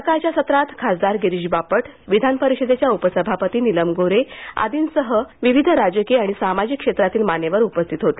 सकाळच्या सत्रात खासदार गिरीश बापट विधान परिषदेच्या उपसभापती निलम गोर्हे आदींसह विविध राजकीय आणि सामाजिक क्षेत्रातील मान्यवर उपस्थित होते